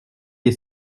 est